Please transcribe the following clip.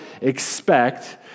expect